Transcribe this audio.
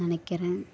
நினைக்கிறேன்